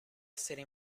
essere